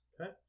Okay